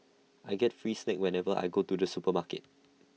I get free snacks whenever I go to the supermarket